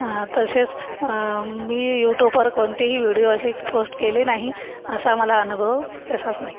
तसेच मी यूट्यूबवर कोणतेही व्हिडिओ असे पोस्ट केले नाही असा मला अनुभव कशात नाही